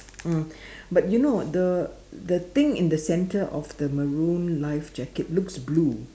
mm but you know the the thing in the center of the maroon life jacket looks blue